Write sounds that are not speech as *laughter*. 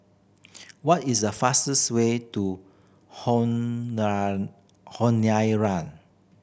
what is the fastest way to *unintelligible* Honiara